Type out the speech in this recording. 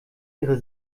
ihre